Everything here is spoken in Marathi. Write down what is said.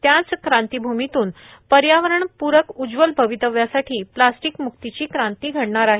त्याच क्रांतीभूमीतून पर्यावरणपूरक उज्ज्वल भवितव्यासाठी प्लास्टिक म्क्तीची क्रांती घडणार आहे